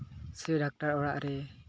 ᱥᱮ ᱰᱟᱠᱛᱟᱨ ᱚᱲᱟᱜ ᱨᱮ